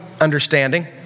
understanding